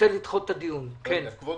כבוד